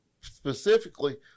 specifically